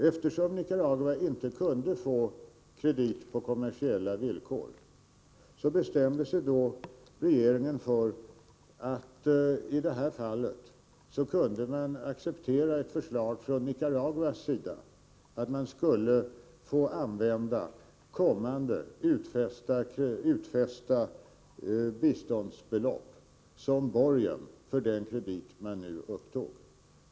Eftersom Nicaragua inte kunde få kredit på kommersiella villkor bestämde sig regeringen för att man i det här fallet kunde acceptera ett förslag från Nicaraguas sida att man skulle få använda kommande utfästa biståndsbelopp som borgen för den kredit man nu upptog.